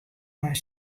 mar